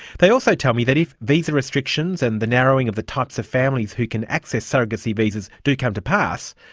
they also tell me that if visa restrictions and the narrowing of the types of families who can access surrogacy visas do come to pass,